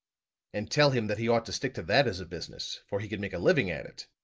and tell him that he ought to stick to that as a business, for he could make a living at it,